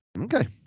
Okay